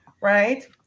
right